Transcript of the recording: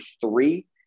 three